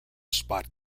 spot